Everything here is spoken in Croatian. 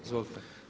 Izvolite.